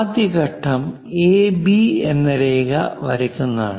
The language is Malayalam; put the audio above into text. ആദ്യ ഘട്ടം എ ബി എന്ന രേഖ വരക്കുന്നതാണ്